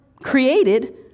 created